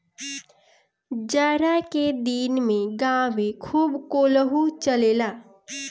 जाड़ा के दिन में गांवे खूब कोल्हू चलेला